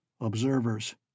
Observers